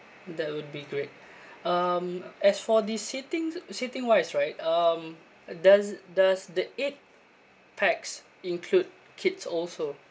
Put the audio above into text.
that would be great um as for the sitting sitting wise right um does does the eight pax include kids also